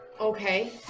Okay